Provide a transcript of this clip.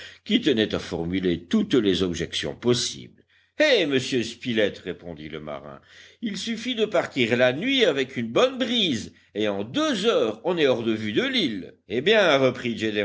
qui tenait à formuler toutes les objections possibles eh monsieur spilett répondit le marin il suffit de partir la nuit avec une bonne brise et en deux heures on est hors de vue de l'île eh bien reprit